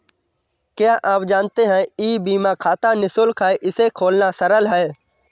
क्या आप जानते है ई बीमा खाता निशुल्क है, इसे खोलना सरल है?